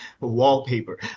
wallpaper